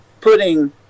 putting